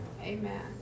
Amen